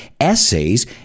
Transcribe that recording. essays